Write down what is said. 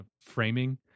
framing